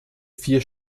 vier